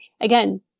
again